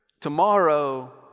Tomorrow